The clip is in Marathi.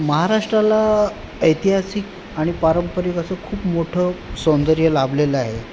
महाराष्ट्राला ऐतिहासिक आणि पारंपरिक असं खूप मोठं सौंदर्य लाभलेलं आहे